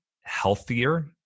healthier